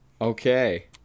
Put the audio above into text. Okay